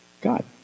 God